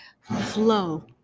flow